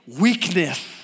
weakness